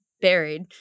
buried